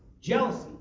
jealousy